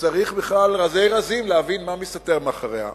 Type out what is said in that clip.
שצריך בכלל רזי רזים להבין מה מסתתר מאחוריה.